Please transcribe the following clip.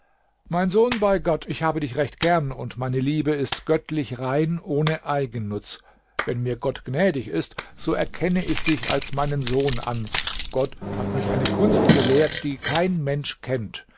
mein sohn bei gott ich habe dich recht gern und meine liebe ist göttlich rein ohne eigennutz wenn mir gott gnädig ist so erkenne ich dich als meinen sohn an gott hat mich eine kunst gelehrt die kein mensch kennt